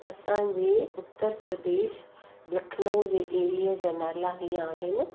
असांजे उत्तर प्रदेश लखनऊ जी एरिए जा नाला हीअ आहिनि